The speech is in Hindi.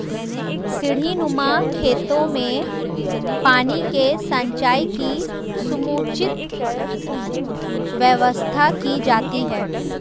सीढ़ीनुमा खेतों में पानी के संचय की समुचित व्यवस्था की जाती है